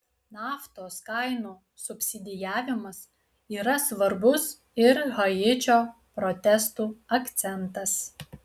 naftos kainų subsidijavimas yra svarbus ir haičio protestų akcentas